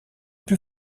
put